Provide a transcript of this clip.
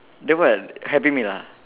then what happy meal ah